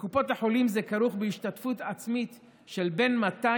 בקופות החולים זה כרוך בהשתתפות עצמית של בין 200